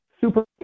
super